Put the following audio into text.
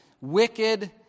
wicked